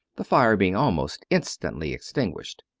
the fire being almost instantly extinguished.